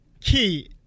key